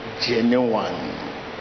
genuine